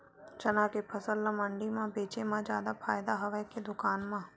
चना के फसल ल मंडी म बेचे म जादा फ़ायदा हवय के दुकान म?